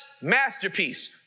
masterpiece